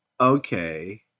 okay